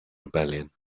rebellion